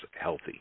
healthy